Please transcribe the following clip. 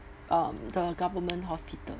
um the government hospital